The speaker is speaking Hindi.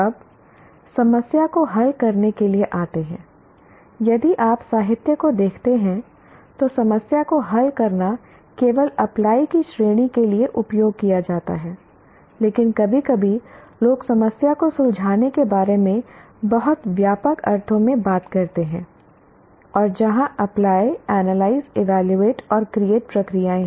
अब समस्या को हल करने के लिए आते हैं यदि आप साहित्य को देखते हैं तो समस्या को हल करना केवल अप्लाई की श्रेणी के लिए उपयोग किया जाता है लेकिन कभी कभी लोग समस्या को सुलझाने के बारे में बहुत व्यापक अर्थों में बात करते हैं और जहां अप्लाई एनालाइज वैल्यूवेट और क्रिएट प्रक्रियाएं हैं